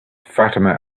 fatima